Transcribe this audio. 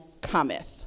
cometh